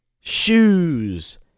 shoes